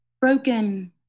broken